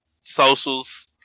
Socials